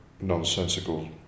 nonsensical